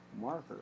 marker